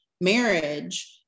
marriage